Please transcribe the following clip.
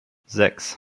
sechs